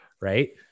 Right